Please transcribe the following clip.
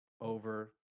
over